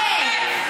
אוקיי,